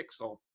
Pixel